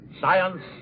science